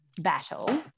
battle